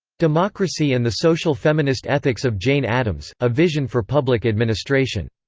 democracy and the social feminist ethics of jane addams a vision for public administration.